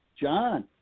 john